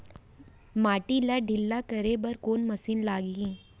माटी ला ढिल्ला करे बर कोन मशीन लागही?